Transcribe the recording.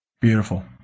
beautiful